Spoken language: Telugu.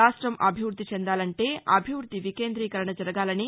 రాష్టం అభివృద్ది చెందాలంటే అభివృద్ది వికేంద్రీకరణ జరగాలని